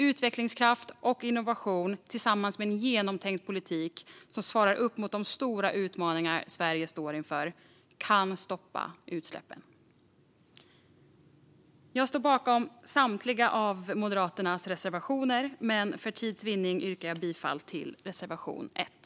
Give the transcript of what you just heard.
Utvecklingskraft och innovation tillsammans med en genomtänkt politik som svarar upp mot de stora utmaningar Sverige står inför kan stoppa utsläppen. Jag står bakom samtliga av Moderaternas reservationer, men för tids vinnande yrkar jag bifall bara till reservation 1.